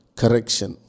correction